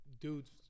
dudes